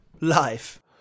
life